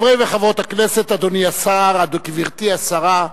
חברי וחברות הכנסת, אדוני השר, גברתי השרה,